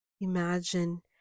imagine